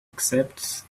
except